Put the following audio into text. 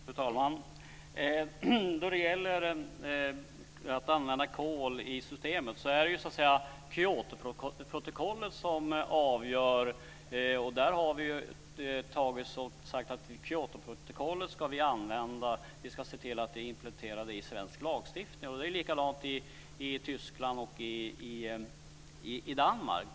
Fru talman! Då det gäller att använda kol i systemet så är det Kyotoprotokollet som avgör. Vi har sagt att vi ska använda Kyotoprotokollet och att vi ska se till att implementera det i svensk lagstiftning. Det är likadant i Tyskland och i Danmark.